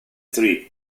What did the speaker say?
tree